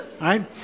right